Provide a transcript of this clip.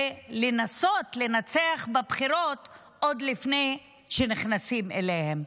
ולנסות לנצח בבחירות עוד לפני שנכנסים אליהן.